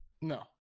No